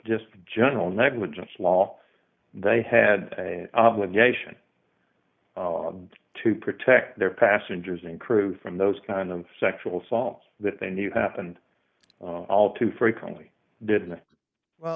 just general negligence law they had a obligation to protect their passengers and crew from those kind of sexual assaults that they knew happened all too frequently didn't well